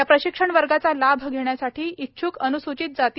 या प्रशिक्षण वर्गाचा लाभ घेण्याससाठी इच्छ्क अन्सूचित जाती